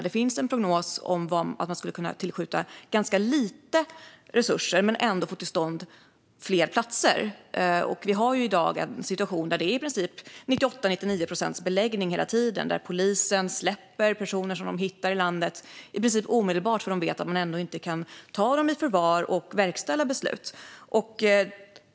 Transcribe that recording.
Det finns ju en prognos som visar att man skulle kunna tillskjuta ganska lite resurser men ändå få till stånd fler platser. Vi har i dag en situation där det är i princip 98 eller 99 procents beläggning hela tiden och där polisen i princip omedelbart släpper personer som de hittar i landet, för de vet att de ändå inte kan ta dem i förvar och verkställa beslut.